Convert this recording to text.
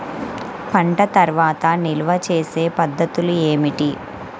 పంట తర్వాత నిల్వ చేసే పద్ధతులు ఏమిటి?